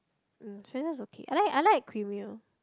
mm Swensens okay I like I like creamy one